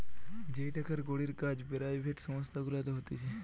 যেই টাকার কড়ির কাজ পেরাইভেট সংস্থা গুলাতে হতিছে